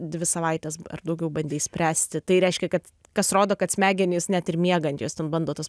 dvi savaites ar daugiau bandei spręsti tai reiškia kad kas rodo kad smegenys net ir miegant jos ten bando tas